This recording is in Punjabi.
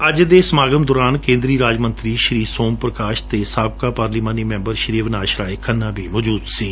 ਅੱਜ ਦੇ ਸਮਾਗਮ ਮੌਕੇ ਕੇਂਦਰੀ ਰਾਜ ਮੰਤਰੀ ਸ੍ਰੀ ਸੋਮ ਪ੍ਰਕਾਸ਼ ਅਤੇ ਸਾਬਕਾ ਪਾਰਲੀਮਾਨੀ ਮੈੱਬਰ ਸ਼੍ਰੀ ਅਵਿਨਾਸ਼ ਰਾਏ ਖੰਨਾ ਵੀ ਮੌਜੂਦ ਸਨ